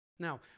Now